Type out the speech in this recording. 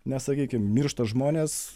nes sakykim miršta žmonės